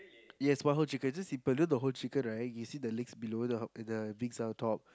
yes one whole chicken just simple you know the whole chicken right you see the legs below the uh the wings are on top